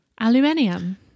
Aluminium